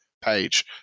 page